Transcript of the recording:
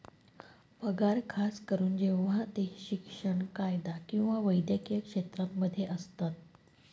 पगार खास करून जेव्हा ते शिक्षण, कायदा किंवा वैद्यकीय क्षेत्रांमध्ये असतात